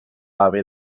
haver